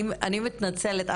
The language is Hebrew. אני מתנצלת,